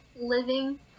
living